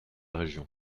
région